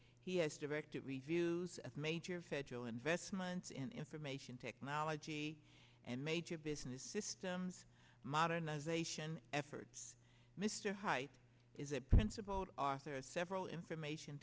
he has directed reviews of major federal investments in information technology and major business systems modernization efforts mr hype is a principled author of several information